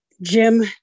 Jim